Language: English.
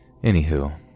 Anywho